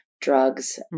drugs